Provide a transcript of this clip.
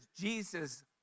Jesus